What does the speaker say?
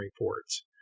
reports